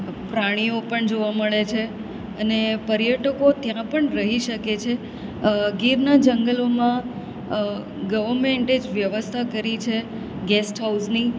પ્રાણીઓ પણ જોવા મળે છે અને પર્યટકો ત્યાં પણ રહી શકે છે ગીરના જંગલોમાં ગવર્મેન્ટે જ વ્યવસ્થા કરી છે ગેસ્ટ હાઉસની